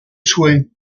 soins